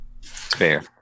Fair